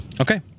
Okay